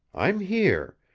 i'm here.